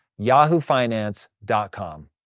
yahoofinance.com